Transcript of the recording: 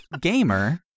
gamer